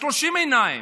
ב-30 עיניים.